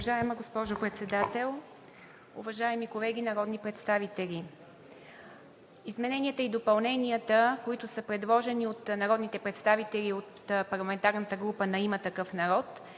Уважаема госпожо Председател, уважаеми колеги народни представители! Измененията и допълненията, които са предложени от народните представители от парламентарната група на „Има такъв народ“,